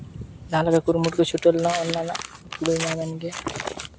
ᱡᱟᱦᱟᱸᱞᱮᱠᱟ ᱠᱩᱨᱩᱢᱩᱴᱩ ᱠᱚ ᱪᱷᱩᱴᱟᱹᱣ ᱞᱮᱱᱟ ᱚᱱᱟ ᱨᱮᱱᱟᱜ ᱠᱩᱲᱟᱹᱭ ᱧᱟᱢᱮᱱ ᱜᱮ